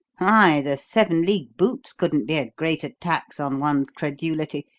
why, the seven-league boots couldn't be a greater tax on one's credulity.